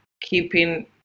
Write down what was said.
keeping